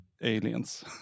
aliens